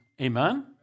Amen